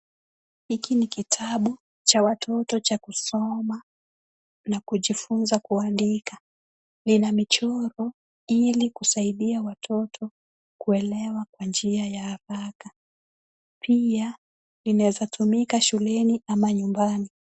Hiki ni kitabu cha watoto cha kusoma na kujifunza kuandika, lina michoro ili kusaidia watoto kuelewa kwa njia ya haraka, pia kinaweza tumika shuleni ama nyumbani.